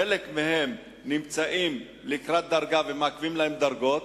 חלק מהם נמצאים לקראת דרגה ומעכבים להם דרגות,